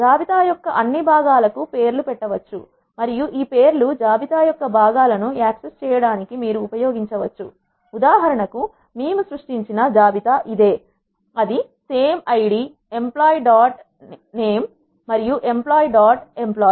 జాబితా యొక్క అన్ని భాగాలకు పేరు పెట్ట వచ్చు మరియు ఈ పేర్లు జాబితా యొక్క భాగాలను యాక్సెస్ చేయడానికి మీరు ఉపయోగించవచ్చు ఉదాహరణకు మేము సృష్టించిన జాబితా ఇదే అది same ID emp dot name మరియు emp dot employee